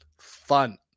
fun